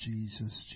Jesus